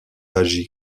agi